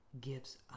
gives